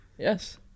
Yes